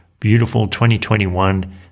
beautiful2021